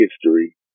history